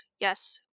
yes